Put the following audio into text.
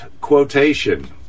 quotation